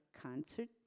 concert